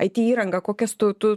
it įrangą kokias tu tu